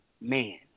man